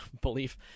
belief